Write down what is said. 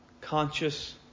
conscious